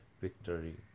victory